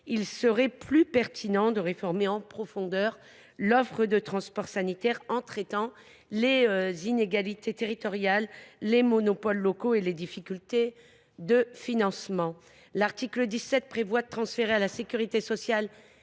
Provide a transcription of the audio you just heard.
il serait plus pertinent de réformer en profondeur l’offre de transport sanitaire en traitant les inégalités territoriales, les monopoles locaux et les difficultés de financement. Il est prévu à l’article 17 de transférer à la sécurité sociale